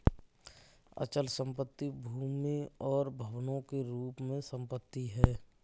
अचल संपत्ति भूमि और भवनों के रूप में संपत्ति है